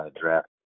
draft